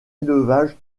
élevage